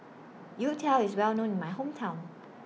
Youtiao IS Well known in My Hometown